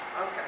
Okay